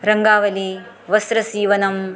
रङ्गावली वस्त्रसीवनम्